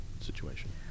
situation